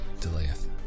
Delayeth